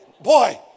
Boy